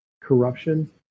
corruption